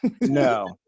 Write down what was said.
No